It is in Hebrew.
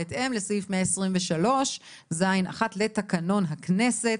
בהתאם לסעיף 123(ז)(1) לתקנון הכנסת,